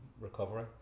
recovery